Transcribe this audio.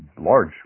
large